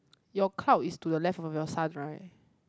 your cloud is to the left of your sun right